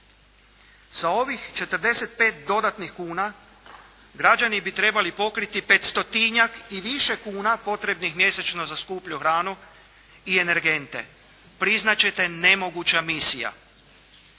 Sa ovih 45 dodatnih kuna građani bi trebali pokriti 500-tinjak i više kuna potrebnih mjesečno za skuplju hranu i energente. Priznat ćete, nemoguća misija.